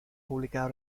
publicado